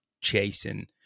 chasing